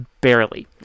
Barely